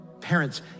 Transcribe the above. Parents